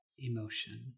emotion